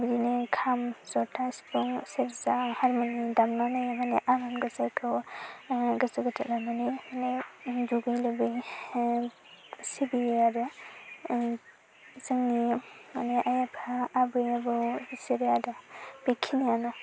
बिदिनो खाम जथा सिफुं सेरजा हारमुनि दामनानै आनान ग'साइखौ गोसो गोथार लानानै दुगैय लोबै सिबियो आरो जोंनि माने आइ आफा आबै आबौ बिसोरो आरो बेखिनियानो